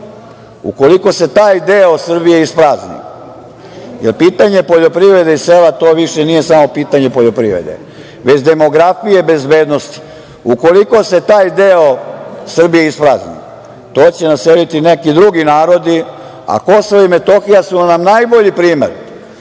Ukoliko se taj deo Srbije isprazni, jer pitanje poljoprivrede i sela nije više samo pitanje poljoprivrede, već demografije i bezbednosti, ukoliko se taj deo Srbije isprazni, to će naseliti neki drugi narodi, a Kosovo i Metohija su nam najbolji primer